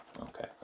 okay